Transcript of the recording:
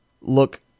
look